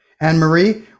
Anne-Marie